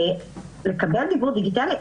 לקבל דיוור דיגיטלי,